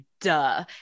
duh